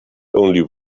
only